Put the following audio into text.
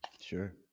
sure